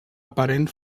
aparent